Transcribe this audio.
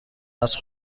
است